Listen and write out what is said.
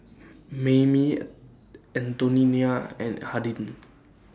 Mamie Antonina and Hardin